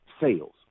sales